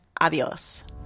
Adios